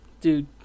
Dude